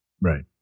right